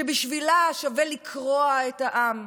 שבשבילה שווה לקרוע את העם.